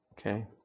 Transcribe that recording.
Okay